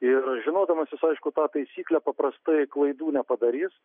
ir žinodamas jis aišku tą taisyklę paprastai klaidų nepadarys